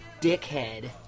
dickhead